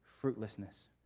fruitlessness